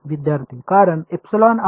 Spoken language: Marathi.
विद्यार्थी कारण आहे